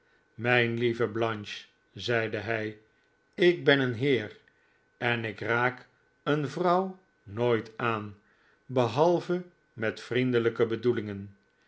mijn lieve blanche zeide hij ik ben een heer en ik raak een vrouw nooit aan behalve met vriendelijke bedoelingen